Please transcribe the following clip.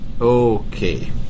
Okay